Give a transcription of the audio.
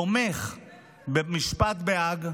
תומך במשפט בהאג.